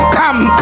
come